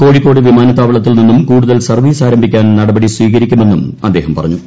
കോഴിക്കോട് വിമാനത്താവളത്തിൽ നിന്നും കൂടുതൽ സർവ്വീസ് ആരംഭിക്കാൻ നടപടി സ്വീകരിക്കുമെന്നും അദ്ദേഹം പറഞ്ഞു